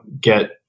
get